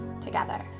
together